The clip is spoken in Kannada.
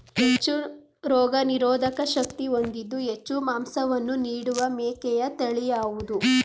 ಹೆಚ್ಚು ರೋಗನಿರೋಧಕ ಶಕ್ತಿ ಹೊಂದಿದ್ದು ಹೆಚ್ಚು ಮಾಂಸವನ್ನು ನೀಡುವ ಮೇಕೆಯ ತಳಿ ಯಾವುದು?